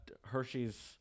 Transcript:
Hershey's